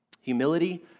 humility